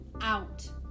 out